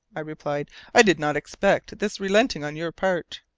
i replied, i did not expect this relenting on your part.